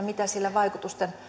mitä sillä vaikutusten